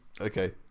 okay